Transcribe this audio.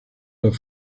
los